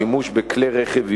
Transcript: שימוש בכלי-רכב היברידיים,